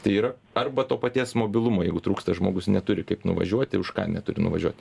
tai yra arba to paties mobilumo jeigu trūksta žmogus neturi kaip nuvažiuoti už ką neturi nuvažiuot